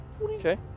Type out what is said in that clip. okay